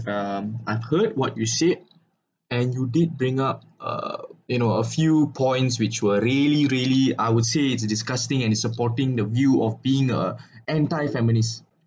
um I've heard what you said and you did bring up uh you know a few points which were really really I would say it's disgusting and is supporting the view of being a entire families